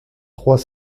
trois